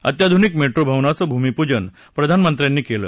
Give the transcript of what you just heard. अत्याधुनिक मेट्रो भवनाचं भूमिपूजन प्रधानमंत्र्यांनी केलं